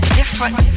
different